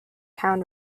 town